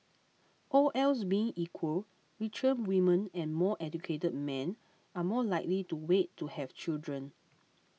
all else being equal richer women and more educated men are more likely to wait to have children